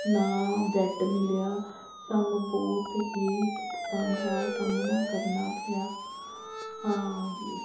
ਨਾ ਬੈੱਡ ਮਿਲਿਆ ਸਾਨੂੰ ਬਹੁਤ ਹੀ ਦਿੱਕਤਾਂ ਦਾ ਸਾਹਮਣਾ ਕਰਨਾ ਪਿਆ ਹਾਂ ਜੀ